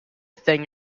thing